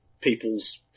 people's